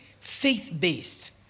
faith-based